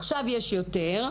עכשיו יש יותר.